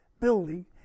building